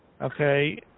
Okay